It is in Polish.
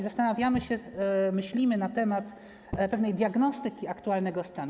Zastanawiamy się, myślimy na temat pewnej diagnostyki aktualnego stanu.